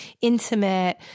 intimate